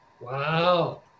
Wow